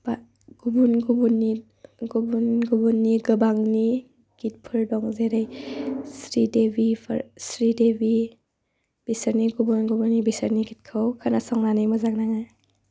बा गुबुन गुबुननि गोबांनि गितफोर दं जेरै स्रिदेबि बिसोरनि गुबुन गुबुननि बिसोरनि गितखौ खोनासंनानै मोजां नाङो